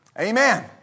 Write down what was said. Amen